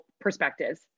perspectives